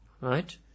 Right